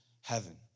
heaven